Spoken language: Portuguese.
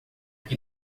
que